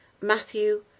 Matthew